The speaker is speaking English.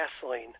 gasoline